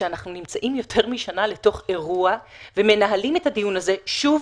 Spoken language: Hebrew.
שאנחנו יותר משנה לתוך אירוע ומנהלים את הדיון הזה שוב